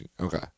Okay